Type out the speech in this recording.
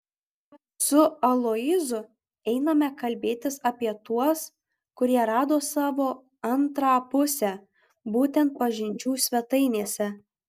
su aloyzu einame kalbėtis apie tuos kurie rado savo antrą pusę būtent pažinčių svetainėse